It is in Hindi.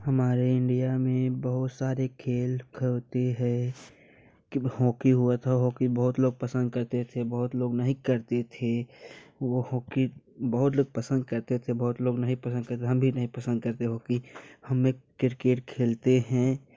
हमारे इंडिया में बहुत सारे खेल होते हैं की ब हॉकी हुआ था हॉकी बहुत लोग पसंद करते थे बहुत लोग नहीं पसंद करते थे वो हॉकी बहुत लोग पसंद करते थे बहुत लोग नहीं पसंद करते थे हम भी नहीं पसंद करते होकि हम भी क्रिकेट खेलते हैं